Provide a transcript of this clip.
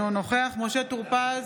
אינו נוכח משה טור פז,